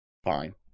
fine